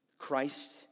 Christ